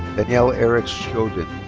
daniel eric sjoden.